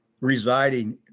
residing